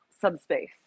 subspace